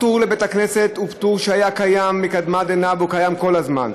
הפטור לבתי-כנסת היה קיים מקדמת דנא וקיים כל הזמן.